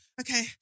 okay